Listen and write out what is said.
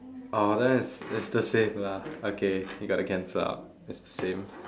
oh then it's it's the same lah okay we got to cancel out it's the same